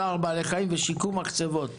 צער בעלי חיים ושיקום מחצבות.